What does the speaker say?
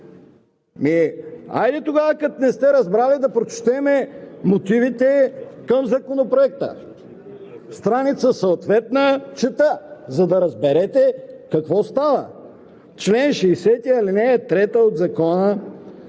хайде тогава, като не сте разбрали, да прочетем мотивите към Законопроекта. Страница съответна, чета, за да разберете какво става: „В чл. 60, ал. 3 от Закона